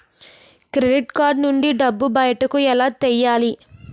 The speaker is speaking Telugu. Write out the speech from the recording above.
క్రెడిట్ కార్డ్ నుంచి డబ్బు బయటకు ఎలా తెయ్యలి?